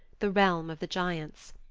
the realm of the giants.